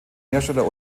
hersteller